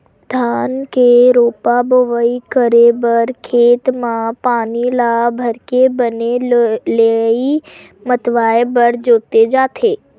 धान के रोपा बोवई करे बर खेत म पानी ल भरके बने लेइय मतवाए बर जोते जाथे